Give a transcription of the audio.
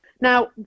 now